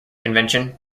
convention